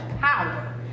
power